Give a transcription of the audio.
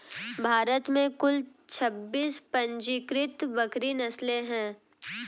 भारत में कुल छब्बीस पंजीकृत बकरी नस्लें हैं